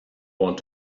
want